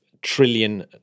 trillion